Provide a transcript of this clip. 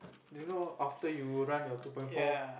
you know after you run your two point four